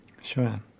Sure